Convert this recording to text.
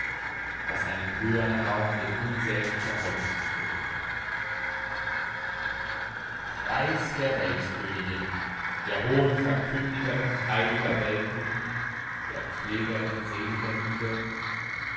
was einen höhern raum mit unsäglicher wollust füllt preis der weltkönigin der hohen verkündigerin heiliger welten der pflegerin seliger liebe